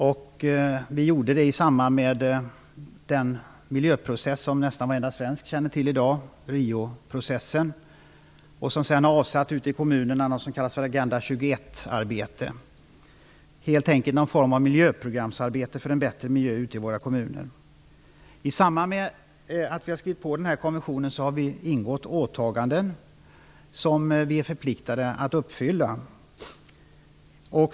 Det gjorde vi i samband med den miljöprocess som nästan varenda svensk känner till i dag, Rioprocessen, och som sedan avsatte Agenda 21-arbete ute i kommunerna. Det är helt enkelt en form av miljöprogramsarbete för en bättre miljö ute i våra kommuner. I samband med att vi anslutit oss till konventionen har vi gjort åtaganden som vi är förpliktade att uppfylla.